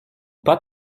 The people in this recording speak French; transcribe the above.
pas